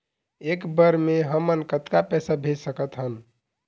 एक बर मे हमन कतका पैसा भेज सकत हन?